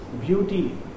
beauty